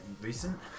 recent